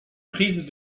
crise